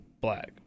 black